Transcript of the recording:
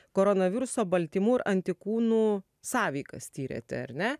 koronaviruso baltymų ir antikūnų sąveikas tyrėte ar ne